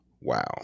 Wow